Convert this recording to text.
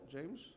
James